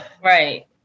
right